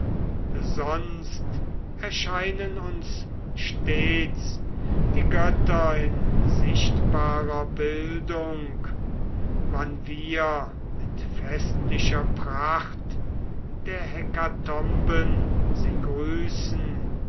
sonst erscheinen uns stets die götter in sichtbarer bildung wann wir mit festlicher pracht der hekatomben sie grüßen